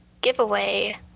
giveaway